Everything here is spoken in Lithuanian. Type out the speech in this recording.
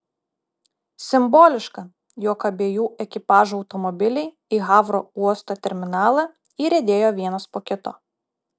simboliška jog abiejų ekipažų automobiliai į havro uosto terminalą įriedėjo vienas po kito